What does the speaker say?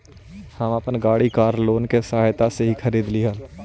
हम अपन गाड़ी कार लोन की सहायता से ही खरीदली हल